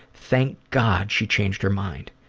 thank god she changed her mind?